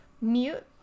Mute